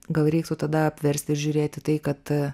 gal reiktų tada apversti ir žiūrėt į tai kad